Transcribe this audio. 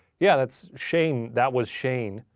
yeah that's shane, that was shane,